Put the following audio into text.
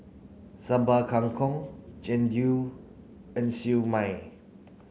Sambal Kangkong Jian Dui and Siew Mai